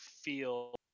feel